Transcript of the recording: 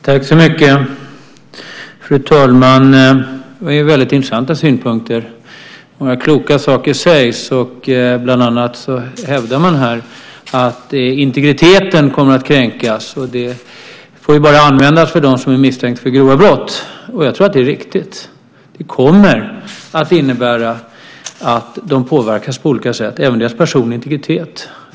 Fru talman! Det var väldigt intressanta synpunkter. Många kloka saker sägs. Bland annat hävdar man att integriteten kommer att kränkas, och det får bara användas för dem som är misstänkta för grova brott. Jag tror att det är riktigt. Det kommer att innebära att de påverkas på olika sätt, även deras personliga integritet.